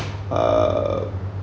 uh